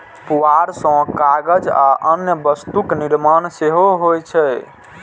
पुआर सं कागज आ अन्य वस्तुक निर्माण सेहो होइ छै